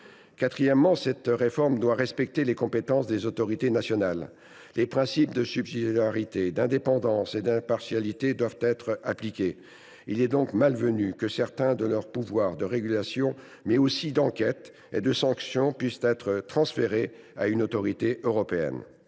des compétences et respecter celles qui sont dévolues aux autorités nationales. Les principes de subsidiarité, d’indépendance et d’impartialité doivent s’appliquer. Il est donc malvenu que certains de leurs pouvoirs de régulation, mais aussi d’enquête et de sanction, puissent être transférés à une autorité européenne.